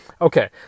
Okay